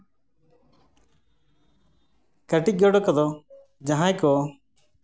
ᱠᱟᱹᱴᱤᱡ ᱜᱮᱰᱮ ᱠᱚᱫᱚ ᱡᱟᱦᱟᱸᱭ ᱠᱚ